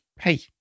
Hey